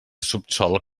subsòl